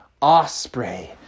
osprey